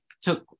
took